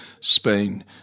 Spain